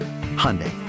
Hyundai